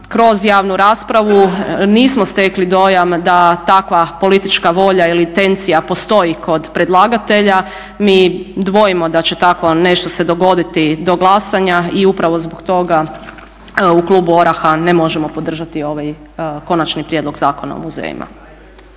kroz javnu raspravu nismo stekli dojam da takva politička volja ili intencija postoji kod predlagatelja mi dvojimo da će takvo nešto se dogoditi do glasanja i upravo zbog toga u klubu ORaH-a ne možemo podržati ovaj konačni prijedlog Zakona o muzejima.